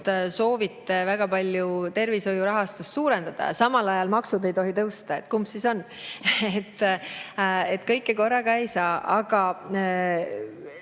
soovite väga palju tervishoiu rahastust suurendada, aga samal ajal maksud ei tohi tõusta. Kumb siis on? Kõike korraga ei saa.